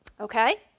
Okay